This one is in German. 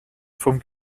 vom